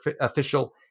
official